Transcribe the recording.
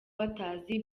batazi